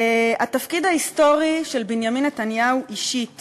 התפקיד ההיסטורי של בנימין נתניהו אישית